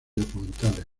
documentales